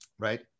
Right